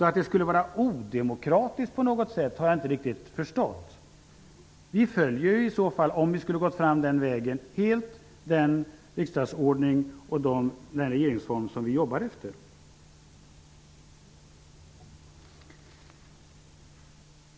Att det skulle vara odemokratiskt på något sätt har jag inte riktigt förstått. Om vi skulle gå fram den vägen följer vi helt den riksdagsordning och den regeringsform som vi jobbar efter.